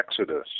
Exodus